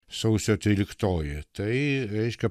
sausio tryliktoji tai reiškia